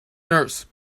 nurse